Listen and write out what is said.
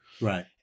right